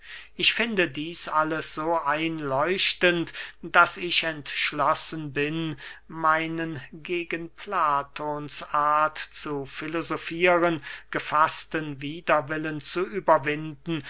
ich finde dieß alles so einleuchtend daß ich entschlossen bin meinen gegen platons art zu filosofieren gefaßten widerwillen zu überwinden